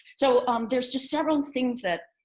so um there's just several things that